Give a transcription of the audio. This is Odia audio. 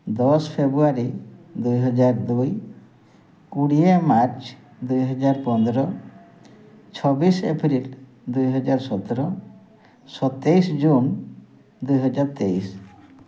ଦଶ ଫେବୃୟାରୀ ଦୁଇ ହଜାର ଦୁଇ କୋଡ଼ିଏ ମାର୍ଚ୍ଚ ଦୁଇ ହଜାର ପନ୍ଦର ଛବିଶ ଏପ୍ରିଲ ଦୁଇ ହଜାର ସତର ସତେଇଶ ଜୁନ୍ ଦୁଇ ହଜାର ତେଇଶ